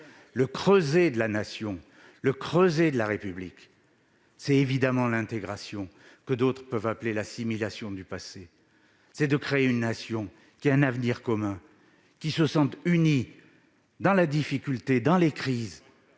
Le creuset de la Nation, de la République, c'est évidemment l'intégration, ce que d'autres appelleraient l'assimilation du passé. C'est cela, créer une Nation qui ait un avenir commun et qui se sente unie dans la difficulté et dans les crises.